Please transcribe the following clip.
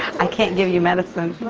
i can't give you medicine.